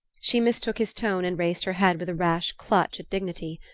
she mistook his tone and raised her head with a rash clutch at dignity.